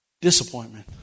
Disappointment